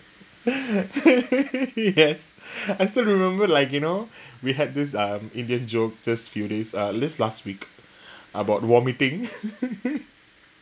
yes I still remember like you know we had this uh indian joke just few days just last week about vomiting